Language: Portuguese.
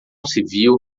civil